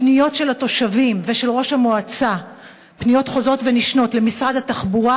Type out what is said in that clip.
פניות של התושבים ושל ראש המועצה למשרד התחבורה,